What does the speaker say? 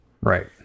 right